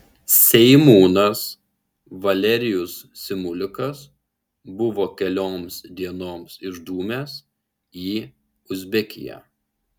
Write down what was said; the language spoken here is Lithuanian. seimūnas valerijus simulikas buvo kelioms dienoms išdūmęs į uzbekiją